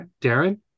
Darren